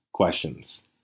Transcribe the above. Questions